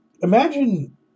imagine